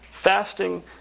fasting